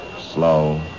Slow